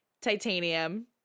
Titanium